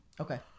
okay